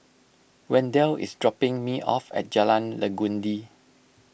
Wendell is dropping me off at Jalan Legundi